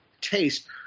taste